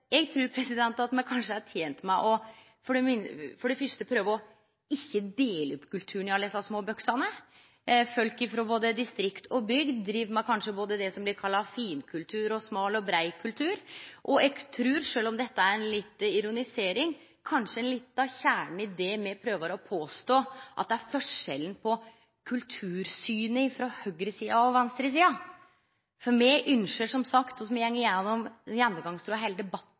Eg trur at me kanskje er tente med, for det fyrste, å prøve ikkje å dele opp kulturen i alle desse små boksane. Folk frå både distrikt og bygd driv kanskje med både det som blir kalla finkultur, og smal og brei kultur. Eg trur, sjølv om dette er litt ironisering, at dette kanskje er litt av kjernen i det som me prøver å påstå er forskjellen på kultursynet mellom høgresida og venstresida. Me ynskjer, som sagt, og som er ein gjennomgangstråd i heile debatten,